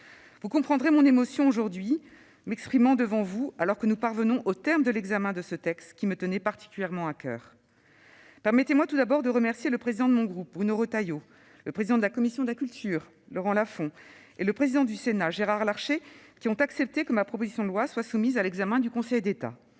Vous comprendrez mon émotion aujourd'hui, m'exprimant devant vous, alors que nous parvenons au terme de l'examen de ce texte, qui me tenait particulièrement à coeur. Permettez-moi tout d'abord de remercier le président de mon groupe, Bruno Retailleau, le président de la commission de la culture, Laurent Lafon, et le président du Sénat, Gérard Larcher, qui ont accepté que ma proposition de loi soit soumise à l'examen du Conseil d'État.